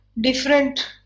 different